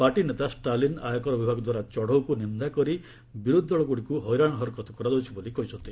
ପାର୍ଟିନେତା ଷ୍ଟାଲିନ୍ ଆୟକର ବିଭାଗଦ୍ୱାରା ଚଢ଼ଉକୁ ନିନ୍ଦା କରି ବିରୋଧୀ ଦଳଗୁଡ଼ିକୁ ହଇରାଣ ହରକତ କରାଯାଉଛି ବୋଲି କହିଛନ୍ତି